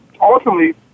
ultimately